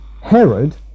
Herod